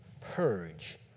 purge